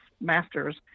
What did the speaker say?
masters